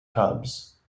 cubs